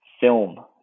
film